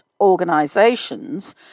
organizations